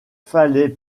fallait